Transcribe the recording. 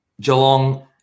Geelong